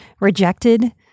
rejected